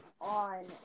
on